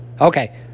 Okay